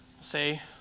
say